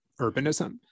urbanism